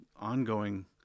ongoing